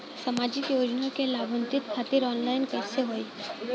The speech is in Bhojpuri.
सामाजिक योजना क लाभान्वित खातिर ऑनलाइन कईसे होई?